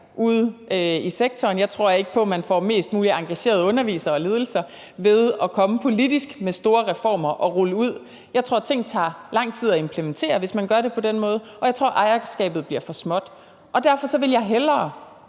ude i sektoren. Jeg tror ikke på, at man får flest mulige engagerede undervisere og ledelser ved politisk at komme med store reformer og rulle dem ud. Jeg tror, at ting tager lang tid at implementere, hvis man gør det på den måde, og jeg tror, at ejerskabet bliver for småt. Derfor vil jeg hellere